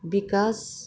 विकास